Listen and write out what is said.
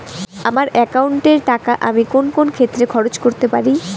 আমার একাউন্ট এর টাকা আমি কোন কোন ক্ষেত্রে খরচ করতে পারি?